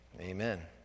Amen